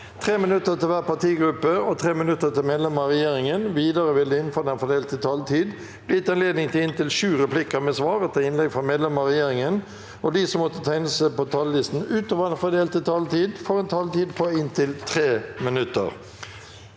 3 minutter til hver partigruppe og 3 minutter til medlemmer av regjeringen. Videre vil det – innenfor den fordelte taletid – bli gitt anledning til replikker med svar etter innlegg fra medlemmer av regjeringen, og de som måtte tegne seg på talerlisten utover den fordelte taletid, får også en taletid på inntil 3 minutter.